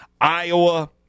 Iowa